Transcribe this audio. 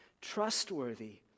trustworthy